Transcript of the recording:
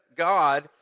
God